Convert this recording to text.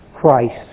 Christ